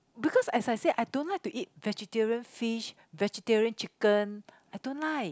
because as I say I don't like to eat vegetarian fish vegetarian chicken I don't like